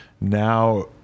now